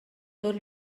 tot